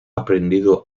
aprendido